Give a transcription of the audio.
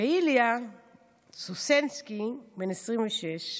איליה סוסנסקי, בן 26,